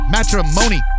Matrimony